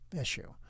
issue